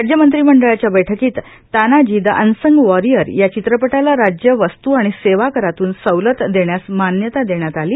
राज्य मंत्रिमंडळाच्या बैठकीत तानाजी द अनसंग वोरियर या चित्रपटाला राज्य वस्तू आणि सेवा करातून सवलत देण्यास मान्यता दिली